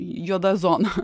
juoda zona